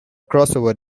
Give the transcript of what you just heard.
crossover